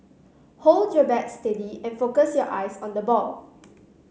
hold your bat steady and focus your eyes on the ball